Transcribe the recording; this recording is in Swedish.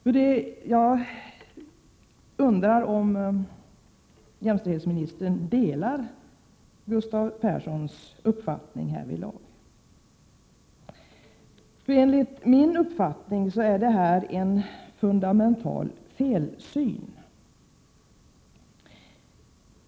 Jag undrar om jämställdhetsministern delar Gustav Perssons uppfattning härvidlag — enligt min uppfattning är detta nämligen en fundamental felsyn.